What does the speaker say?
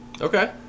Okay